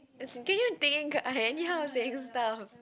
as in can you think I anyhow saying stuff